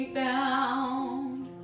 bound